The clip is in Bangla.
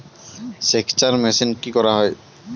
সেকচার মেশিন কি করা হয়?